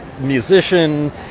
musician